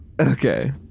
Okay